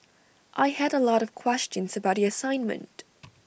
I had A lot of questions about the assignment